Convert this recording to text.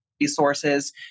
resources